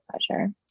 pleasure